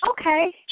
Okay